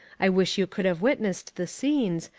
i wish you could have witnessed the scenes,